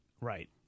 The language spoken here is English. Right